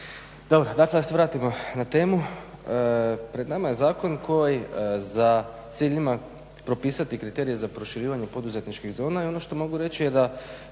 Dobro, dakle da se vratimo na temu. Pred nama je zakon koji za cilj ima propisati kriterije za proširivanje poduzetničkih zona i ono što mogu reći da